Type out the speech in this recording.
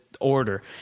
order